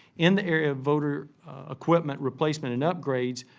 in the area of voter equipment, replacement, and upgrades,